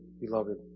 beloved